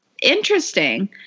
Interesting